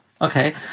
Okay